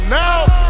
now